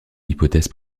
l’hypothèse